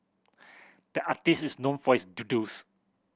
the artist is known for his doodles